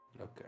Okay